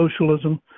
socialism